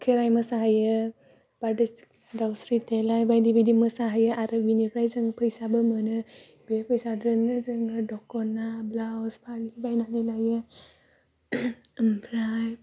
खेराइ मोसाहैयो बारदै दावस्रि देलाइ बायदि बायदि मोसा हैयो आरो बेनिफ्राय जों फैसाबो मोनो बे फैसाजोंनो जोङो दख'ना ब्लाउस फालि बायनानै लायो ओमफ्राय